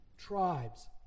tribes